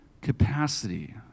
capacity